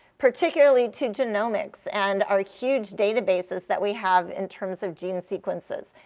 particularly to genomics and our huge databases that we have in terms of gene sequences,